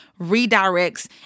redirects